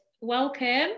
welcome